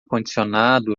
condicionado